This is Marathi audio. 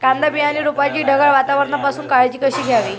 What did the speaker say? कांदा बियाणे रोपाची ढगाळ वातावरणापासून काळजी कशी घ्यावी?